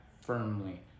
firmly